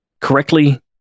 Correctly